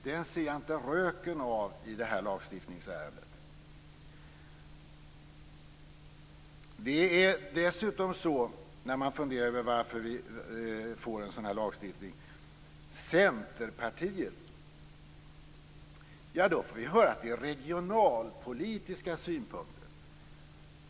Den ser jag inte röken av i det här lagstiftningsärendet. När man funderar över varför vi får en sådan lagstiftning får vi dessutom höra att Centerpartiet säger att det är regionalpolitiska synpunkter.